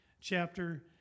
chapter